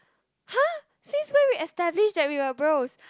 !huh! since when we establish that we were bros